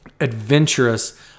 adventurous